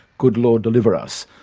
good lord deliver us.